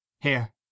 Here